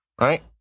Right